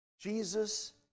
Jesus